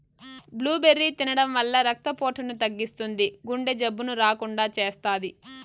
blueberry తినడం వల్ల రక్త పోటును తగ్గిస్తుంది, గుండె జబ్బులు రాకుండా చేస్తాది